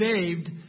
saved